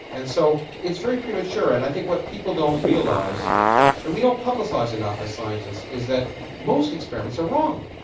and so it's very premature. and i think what people don't realise and we don't publicise enough as scientists, is that most experiments are wrong,